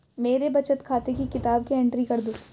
मेरे बचत खाते की किताब की एंट्री कर दो?